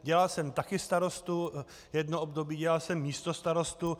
Dělal jsem také starostu, jedno období jsem dělal místostarostu.